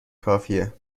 کافیه